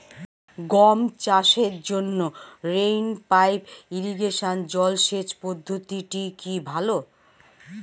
গম চাষের জন্য রেইন পাইপ ইরিগেশন জলসেচ পদ্ধতিটি কি ভালো?